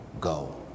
go